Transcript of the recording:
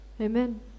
Amen